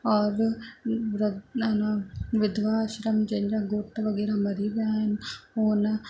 और व्र विधवा आश्रम जिनि जा घोटु वग़ैरह मरी विया आहिनि हू उन